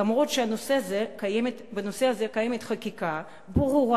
אף-על-פי שבנושא הזה קיימת חקיקה ברורה